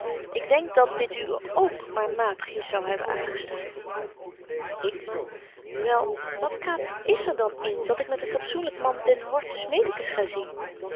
ik denk dat dit u k maar matigjes zou hebben aangestaan ik wel wat kwaad is er dan in dat ik met een fatsoenlyk man den hortus medicus ga zien